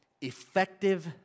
Effective